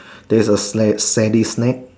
there's a sla~ sandy snake